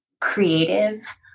creative